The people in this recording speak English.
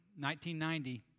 1990